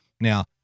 Now